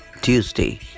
Tuesday